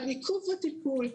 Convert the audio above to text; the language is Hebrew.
על עיכוב בטיפול,